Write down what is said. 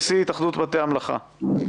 נשיא התאחדות בתי המלאכה והתעשייה,